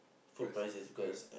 priceless ya